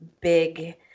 big